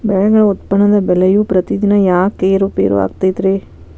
ಬೆಳೆಗಳ ಉತ್ಪನ್ನದ ಬೆಲೆಯು ಪ್ರತಿದಿನ ಯಾಕ ಏರು ಪೇರು ಆಗುತ್ತೈತರೇ?